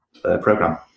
program